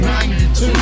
92